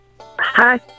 Hi